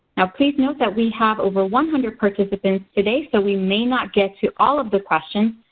now please note that we have over one hundred participants today, so we may not get to all of the questions.